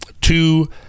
Two